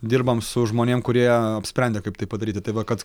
dirbam su žmonėm kurie apsprendė kaip tai padaryti tai va kad